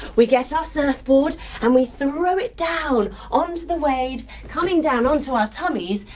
we get our surfboard and we throw it down onto the waves, coming down onto our tummies,